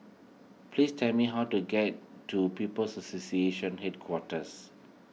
please tell me how to get to People's Association Headquarters